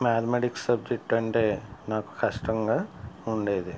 mathematics subject అంటే నాకు కష్టంగా ఉండేది